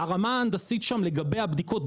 הרמה ההנדסית שם לגבי הבדיקות,